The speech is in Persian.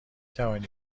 توانی